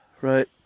Right